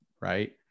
right